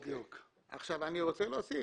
אני רוצה להוסיף.